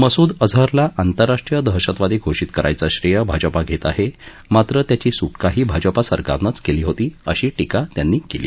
मसूद अझहरला आंतरराष्ट्रीय दहशतवादी घोषित करण्याचं श्रेय भाजपा घेत आहे मात्र त्याची सुकाही भाजपा सरकारनंच केली होती अशी शीका त्यांनी केली